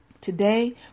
Today